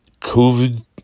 COVID